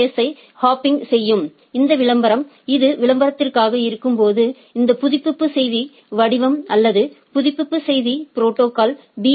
எஸ்யை hops செய்யும் இந்த விளம்பரம் இந்த விளம்பரத்திற்காக இருக்கும்போது இந்த புதுப்பிப்பு செய்தி வடிவம் அல்லது புதுப்பிப்பு செய்தி ப்ரோடோகால் பி